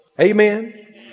Amen